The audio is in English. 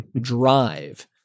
Drive